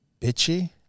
bitchy